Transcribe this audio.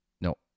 No